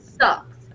sucks